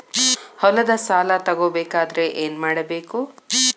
ಹೊಲದ ಸಾಲ ತಗೋಬೇಕಾದ್ರೆ ಏನ್ಮಾಡಬೇಕು?